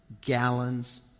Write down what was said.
gallons